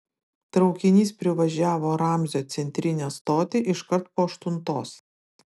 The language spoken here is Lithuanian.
traukinys privažiavo ramzio centrinę stotį iškart po aštuntos